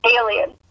alien